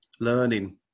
learning